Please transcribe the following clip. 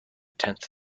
tenth